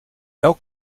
elk